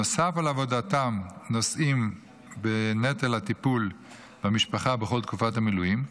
שנוסף על עבודתם נושאים בנטל הטיפול במשפחה בכל תקופת המילואים,